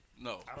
no